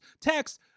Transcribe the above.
Text